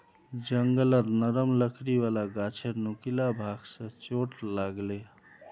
जंगलत नरम लकड़ी वाला गाछेर नुकीला भाग स चोट लाग ले